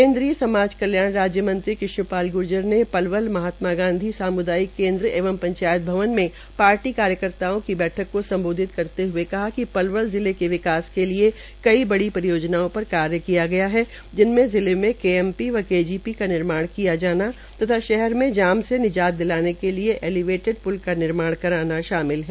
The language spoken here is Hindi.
केन्द्रीय समाज कल्याण राज्य मंत्री कृष्ण पाल ग्र्जर ने पलवल महात्मा गांधी मार्ग साम्दायिक केन्द्र एवं पंचायत भवन में पार्टी कार्यकर्ताओं की बैठक को सम्बोधित करते हए पलवल जिले के विकास के लिए कई बड़ी योजनाओं पर कार्य किया गया है जिनमें जिले मे केएमपी व केजीपी का निर्माण किया जाना तथा शहर में जाम से निजात दिलाने के लिए एपीवेटेड प्ल का निर्माण करना शामिल है